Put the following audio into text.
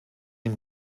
dem